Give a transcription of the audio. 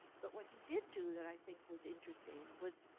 but what he did do, that i think was interesting, was